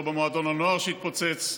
לא במועדון הנוער שהתפוצץ.